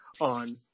on